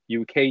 uk